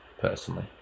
personally